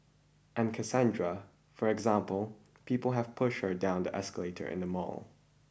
and Cassandra for example people have pushed her down the escalator in the mall